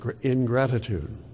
ingratitude